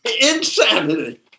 Insanity